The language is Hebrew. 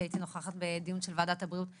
כי הייתי נוכחת בדיון של ועדת הבריאות.